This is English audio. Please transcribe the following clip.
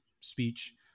speech